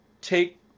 take